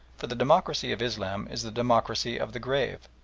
for the democracy of islam is the democracy of the grave,